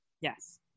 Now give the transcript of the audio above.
yes